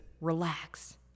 relax